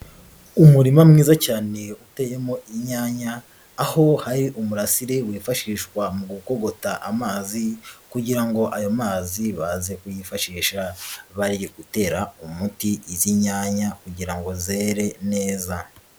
Umurima mwiza cyane uteyemo inyanya, aho hari umurasire wifashishwa mu gukogota amazi kugira ngo ayo mazi baze kuyifashisha bari gutera umuti izi nyanya kugira ngo zere neza.